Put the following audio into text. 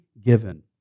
given